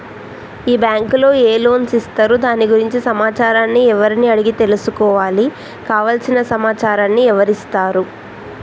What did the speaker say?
ఈ బ్యాంకులో ఏ లోన్స్ ఇస్తారు దాని గురించి సమాచారాన్ని ఎవరిని అడిగి తెలుసుకోవాలి? కావలసిన సమాచారాన్ని ఎవరిస్తారు?